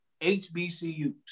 HBCUs